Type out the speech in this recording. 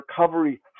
recovery